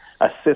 assist